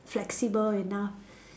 flexible enough